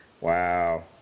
Wow